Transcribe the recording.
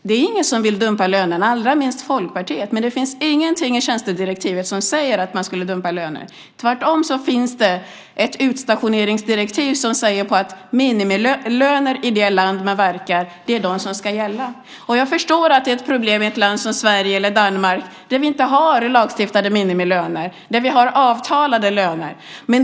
Det är ingen som vill dumpa lönerna, allra minst Folkpartiet, och det finns ingenting i tjänstedirektivet som säger att lönerna skulle dumpas. Tvärtom finns det ett utstationeringsdirektiv som säger att det är minimilöner i det land man verkar i som ska gälla. Jag förstår att det är ett problem i ett land som Sverige eller Danmark som inte har lagstiftade minimilöner utan i stället har avtalade löner.